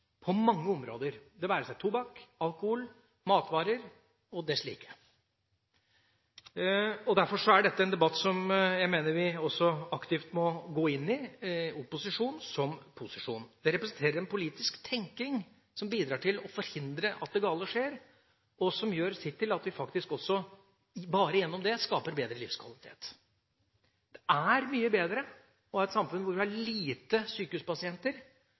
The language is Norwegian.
dette en debatt som jeg mener vi aktivt må gå inn i – opposisjon som posisjon. Den representerer en politisk tenking som bidrar til å forhindre at det gale skjer, og som gjør sitt til at vi faktisk bare gjennom det skaper bedre livskvalitet. Det er mye bedre å ha et samfunn hvor vi har få sykehuspasienter,